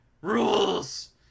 rules